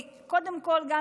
תביאי, אין בעיה.